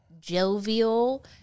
jovial